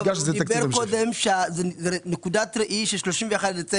אם אמרתם שנקודת הראי היא 31 בדצמבר,